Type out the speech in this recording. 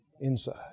Inside